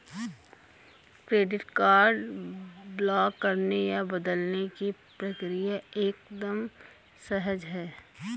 credit card block करने या बदलने की प्रक्रिया एकदम सहज है